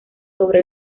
sobre